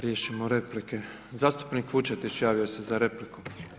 Riješimo replike, zastupnik Vučetić, javio se za repliku.